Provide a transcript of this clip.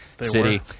City